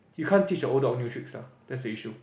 you can't teach a old dog new tricks ah that's the issue